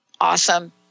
Awesome